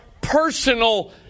personal